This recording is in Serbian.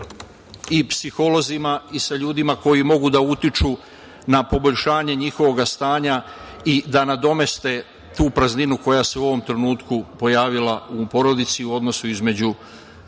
i psiholozima i sa ljudima koji mogu da utiču na poboljšanje njihovog stanja i da nadomeste tu prazninu koja se pojavila u porodici u odnosu između